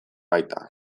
baita